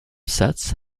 sets